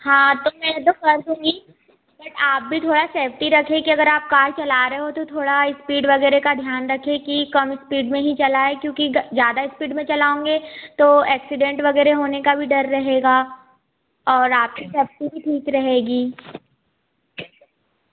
हाँ तो मैं तो कर दूँगी बट आप भी थोड़ा सेफ्टी रखें कि अगर आप कार चला रहे हो तो थोड़ा स्पीड वगैरह का ध्यान रखें कि कम स्पीड में ही चलाएँ क्योंकि ग ज़्यादा स्पीड में चलाऊँगे तो एक्सीडेंट वगैरह होने का भी डर रहेगा और आपकी सेफ्टी भी ठीक रहेगी